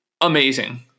amazing